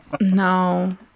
No